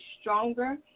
stronger